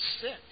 sick